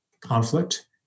conflict